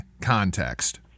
context